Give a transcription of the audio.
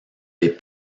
des